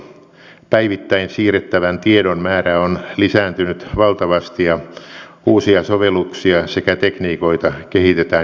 päivittäin siirrettävän tiedon määrä on lisääntynyt valtavasti ja uusia sovelluksia sekä tekniikoita kehitetään jatkuvasti